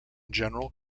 general